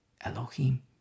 Elohim